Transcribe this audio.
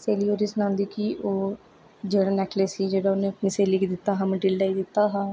स्हेली ओह्दी सनांदी कि ओह् जेह्ड़ा नेकेलस ही जेह्ड़ा उ'न्ने अपनी स्हेली गी दित्ता हा मटिलडा गी दित्ता हा